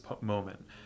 moment